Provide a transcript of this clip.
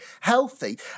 healthy